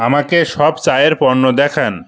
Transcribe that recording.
আমাকে সব চায়ের পণ্য দেখান